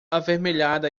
avermelhada